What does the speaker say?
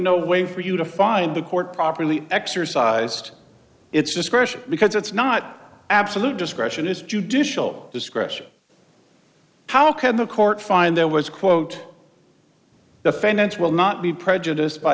no way for you to find the court properly exercised its discretion because it's not absolute discretion is judicial discretion how could the court find there was quote the fence will not be prejudiced by